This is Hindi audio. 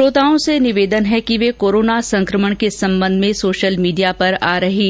श्रोताओं से निवेदन है कि वे कोरोना संकमण के संबंध में सोशल मीडिया पर आ रही